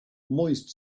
moist